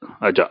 Aja